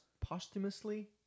posthumously